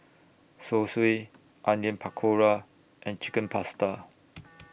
Zosui Onion Pakora and Chicken Pasta